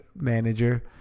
manager